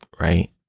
right